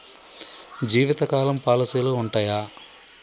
జీవితకాలం పాలసీలు ఉంటయా?